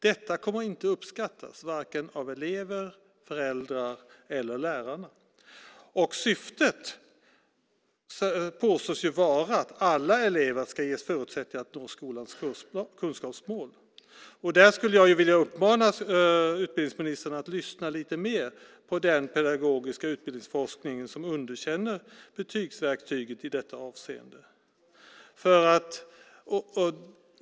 Detta kommer varken att uppskattas av elever, föräldrar eller lärare. Syftet påstås ju vara att alla elever ska ges förutsättningar att nå skolans kunskapsmål. Jag skulle vilja uppmana utbildningsministern att lyssna lite mer på den pedagogiska utbildningsforskning som underkänner betygsverktyget i detta avseende.